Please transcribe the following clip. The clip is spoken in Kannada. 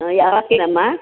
ಹಾಂ ಯಾವತ್ತು ಅಮ್ಮ